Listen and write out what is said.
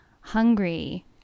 hungry